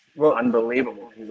unbelievable